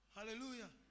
Hallelujah